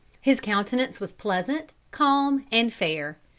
his countenance was pleasant, calm, and fair,